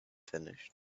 finished